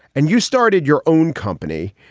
and you started your own company,